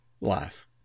life